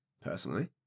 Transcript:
personally